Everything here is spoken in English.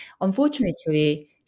Unfortunately